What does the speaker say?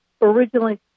originally